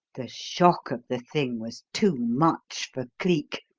the shock of the thing was too much for cleek.